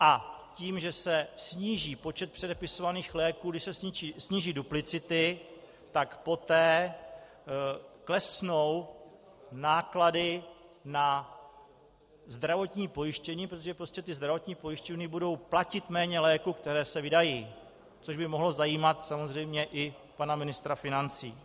A tím, že se sníží počet předepisovaných léků, když se sníží duplicity, tak poté klesnou náklady na zdravotní pojištění, protože prostě zdravotní pojišťovny budou platit méně léků, které se vydají což by mohlo zajímat samozřejmě i pana ministra financí.